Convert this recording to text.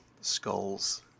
skulls